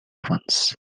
ones